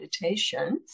meditation